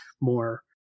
more